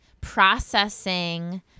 processing